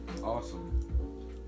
awesome